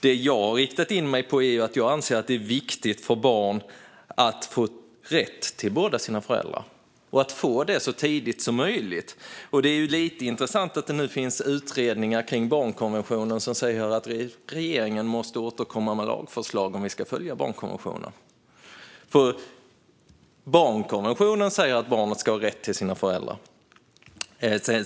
Det som jag har riktat in mig på är att jag anser att det är viktigt för barn att få rätt till båda sina föräldrar och att få det så tidigt som möjligt. Det är lite intressant att det nu finns utredningar om barnkonventionen som säger att regeringen måste återkomma med lagförslag om vi ska följa konventionen. Barnkonventionen säger att barn ska ha rätt till sina föräldrar.